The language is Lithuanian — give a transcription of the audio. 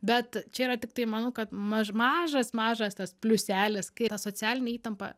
bet čia yra tiktai manau kad maž mažas mažas tas pliuselis kai ta socialinė įtampa